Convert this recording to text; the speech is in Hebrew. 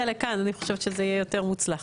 לכאן אני חושבת שזה יהיה יותר מוצלח,